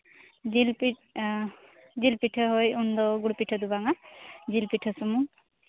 ᱡᱤᱞ ᱯᱤᱴᱷᱟᱹ ᱡᱤᱞ ᱯᱤᱴᱷᱟᱹ ᱦᱳᱭ ᱩᱱᱫᱚ ᱜᱩᱲ ᱯᱤᱴᱷᱟᱹ ᱫᱚ ᱵᱟᱝᱟ ᱡᱤᱞ ᱯᱤᱴᱷᱟᱹ ᱥᱩᱢᱩᱝ